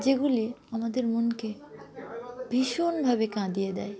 যেগুলি আমাদের মনকে ভীষণভাবে কাঁদিয়ে দেয়